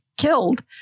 killed